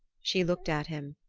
she looked at him,